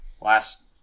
last